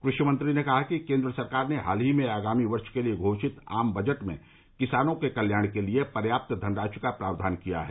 कृषि मंत्री ने कहा कि केंद्र सरकार ने हाल ही में आगामी वर्ष के लिए घोषित आम बजट में किसानों के कल्याण के लिए पर्याप्त धनराशि का प्रावधान किया है